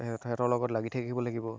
সে সিহঁতৰ লগত লাগি থাকিব লাগিব